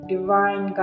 divine